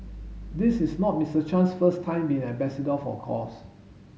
this is not Mister Chan's first time being an ambassador for a cause